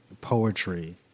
Poetry